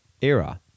era